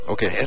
Okay